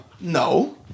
No